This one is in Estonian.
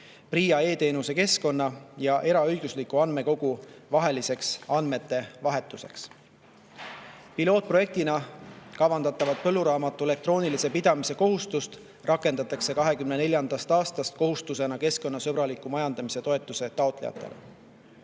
PRIA e-teenuste keskkonna ja eraõigusliku andmekogu vaheliseks andmevahetuseks. Pilootprojektina rakendatakse kavandatavat põlluraamatu elektroonilise pidamise kohustust 2024. aastast kohustusena keskkonnasõbraliku majandamise toetuse taotlejatele.